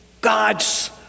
God's